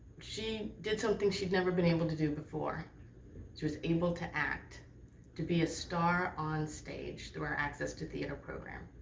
she did some things she'd never been able to do before she was able to act to be a star on stage through our access to theater program